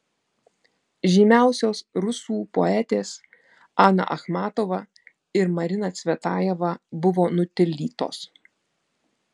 žymiausios rusų poetės ana achmatova ir marina cvetajeva buvo nutildytos